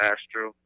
Astro